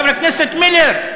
חבר הכנסת מילר.